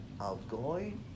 outgoing